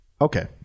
Okay